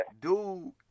Dude